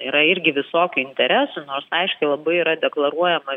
yra irgi visokių interesų nors aiškiai labai yra deklaruojama